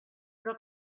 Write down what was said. però